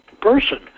person